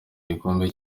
gikombe